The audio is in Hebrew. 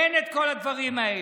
אין כל הדברים האלה.